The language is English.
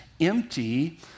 empty